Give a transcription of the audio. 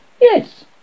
Yes